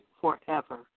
forever